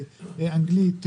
אנגלית,